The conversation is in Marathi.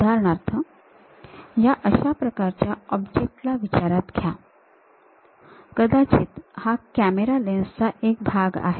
उदाहरणार्थ ह्या अशा प्रकारच्या ऑब्जेक्ट ला विचारात घ्या कदाचित हा कॅमेरा लेन्स चा एक भाग आहे